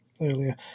earlier